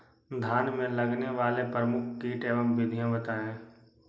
धान में लगने वाले प्रमुख कीट एवं विधियां बताएं?